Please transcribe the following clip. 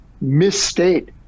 misstate